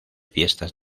fiestas